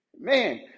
Man